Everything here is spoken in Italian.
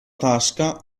tasca